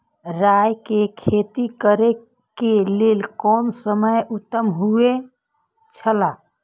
राय के खेती करे के लेल कोन समय उत्तम हुए छला?